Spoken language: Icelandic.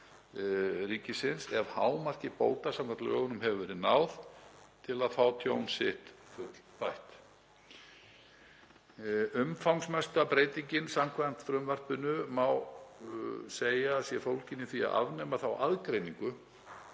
ríkisins ef hámarki bóta samkvæmt lögunum hefur verið náð til að fá tjón sitt fullbætt. Umfangsmesta breytingin samkvæmt frumvarpinu má segja að sé fólgin í því að afnema þá aðgreiningu